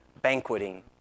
banqueting